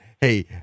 hey